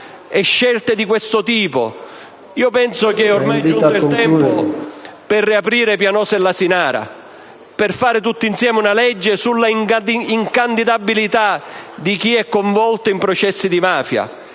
a scelte di questo tipo. Penso sia ormai giunto il tempo di riaprire Pianosa e l'Asinara, di varare tutti insieme una legge sulla incandidabilità di chi è coinvolto in processi di mafia.